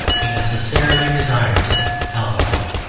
he necessarily desires alcohol.